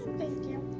thank you.